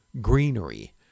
greenery